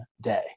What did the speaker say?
Day